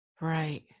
Right